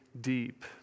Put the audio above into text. deep